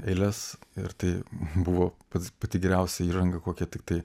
eiles ir tai buvo pats pati geriausia įranga kokia tiktai